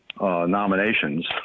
nominations